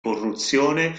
corruzione